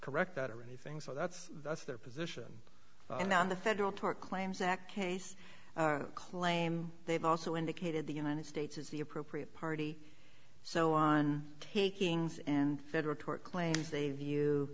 that or anything so that's that's their position now in the federal tort claims act case claim they've also indicated the united states is the appropriate party so on takings and federal tort claims they view